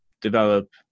develop